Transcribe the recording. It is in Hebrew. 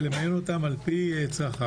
ולמיין אותם על פי צרכיו.